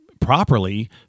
properly